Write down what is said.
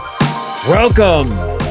Welcome